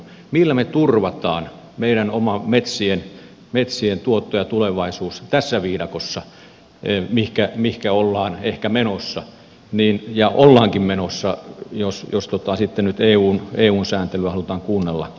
millä me turvaamme meidän oman metsien tuoton ja tulevaisuuden tässä viidakossa mihinkä ollaan ehkä menossa ja ollaankin menossa jos sitten nyt eun sääntelyä halutaan kuunnella kovastikin